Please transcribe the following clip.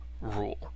rule